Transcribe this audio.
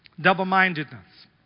double-mindedness